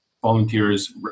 volunteers